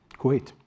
Kuwait